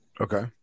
Okay